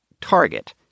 target